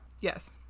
Yes